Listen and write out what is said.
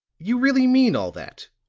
you really mean all that?